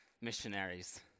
missionaries